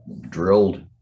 drilled